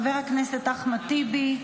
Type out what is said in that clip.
חבר הכנסת אחמד טיבי.